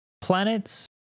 Planets